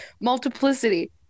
Multiplicity